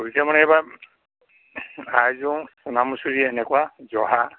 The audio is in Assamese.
কৰিছোঁ মানে এইবাৰ আইজুং সোণামুচুৰী এনেকুৱা জহা